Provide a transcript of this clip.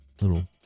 little